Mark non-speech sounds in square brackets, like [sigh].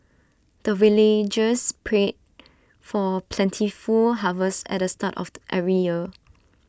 the villagers pray for plentiful harvest at the start of [noise] every year